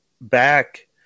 back